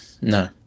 No